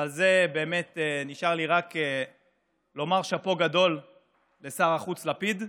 ועל זה באמת נשאר לי רק לומר שאפו גדול לשר החוץ לפיד.